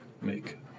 make